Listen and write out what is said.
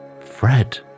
Fred